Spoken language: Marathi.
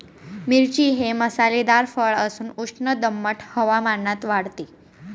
मिरची हे मसालेदार फळ असून उष्ण दमट हवामानात वाढते